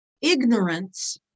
ignorance